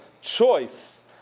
choice